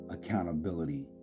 Accountability